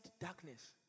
darkness